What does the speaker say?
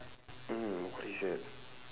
mm holy shit